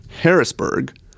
Harrisburg